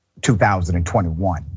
2021